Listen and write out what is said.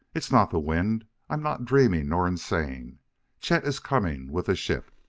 it's not the wind! i'm not dreaming nor insane chet is coming with the ship!